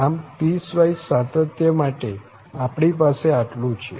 આમ પીસવાઈસ સાતત્ય માટે આપણી પાસે આટલું છે